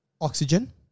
oxygen